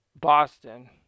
Boston